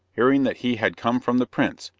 hearing that he had come from the prince,